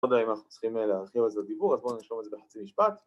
‫אני לא יודע אם אנחנו צריכים ‫להרחיב על זה דיבור, ‫אז בואו נרשום את זה ‫בחצי משפט.